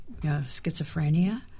schizophrenia